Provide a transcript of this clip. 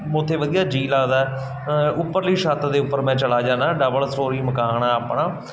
ਉੱਥੇ ਵਧੀਆ ਜੀਅ ਲੱਗਦਾ ਉੱਪਰਲੀ ਛੱਤ ਦੇ ਉੱਪਰ ਮੈਂ ਚਲਾ ਜਾਂਦਾ ਡਬਲ ਸਟੋਰੀ ਮਕਾਨ ਆ ਆਪਣਾ